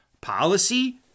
policy